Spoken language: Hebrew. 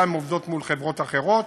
והן גם עובדות מול חברות אחרות.